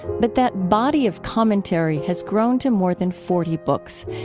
but that body of commentary has grown to more than forty books,